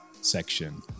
section